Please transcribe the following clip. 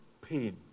pain